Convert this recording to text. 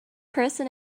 person